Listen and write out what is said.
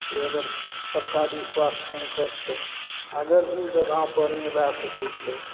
से अगर सरकारी स्वास्थ्य सेन्टर छै अगर ओ जगह पर नहि भए सकैत छै